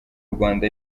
rwanda